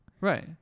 Right